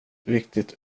viktigt